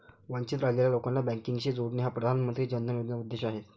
वंचित राहिलेल्या लोकांना बँकिंगशी जोडणे हा प्रधानमंत्री जन धन योजनेचा उद्देश आहे